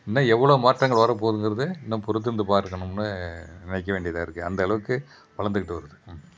இன்னும் எவ்வளோ மாற்றங்கள் வரப் போகுதுங்குறது இன்னும் பொறுத்திருந்து பார்க்கணும்னு நினைக்க வேண்டியதாக இருக்குது அந்த அளவுக்கு வளர்ந்துக்கிட்டு வருது